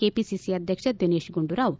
KPCC ಅಧ್ಯಕ್ಷ ದಿನೇಶ್ ಗುಂಡೂರಾವ್